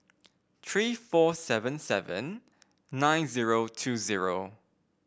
three four seven seven nine zero two zero